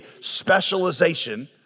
specialization